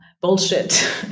bullshit